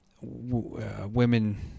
women